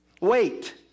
Wait